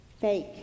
fake